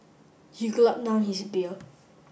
he gulped down his beer